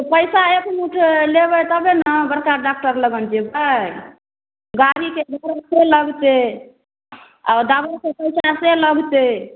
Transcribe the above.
पैसा एक मुठ लेबै तबे ने बड़का डॉक्टर लगन जेबै गाड़ीके तेल से लगतै आओर दबाइके पैसा से लगतै